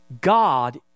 God